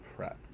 prepped